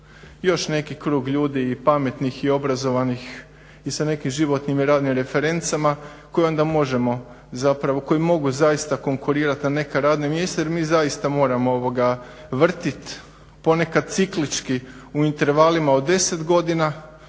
još neki krug ljudi i pametnih i obrazovanih i sa nekim životnim i radnim referencama koje onda možemo zapravo, koji mogu zaista konkurirati na neka radna mjesta jer mi zaista moramo vrtjeti ponekad ciklički u intervalima od 10 godina